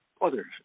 others